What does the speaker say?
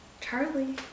charlie